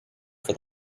for